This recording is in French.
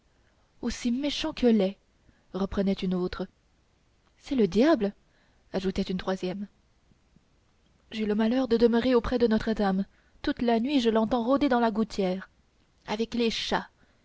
aussi méchant que laid reprenait une autre c'est le diable ajoutait une troisième j'ai le malheur de demeurer auprès de notre-dame toute la nuit je l'entends rôder dans la gouttière avec les chats